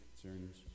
concerns